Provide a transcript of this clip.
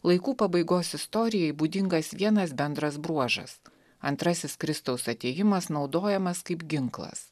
laikų pabaigos istorijai būdingas vienas bendras bruožas antrasis kristaus atėjimas naudojamas kaip ginklas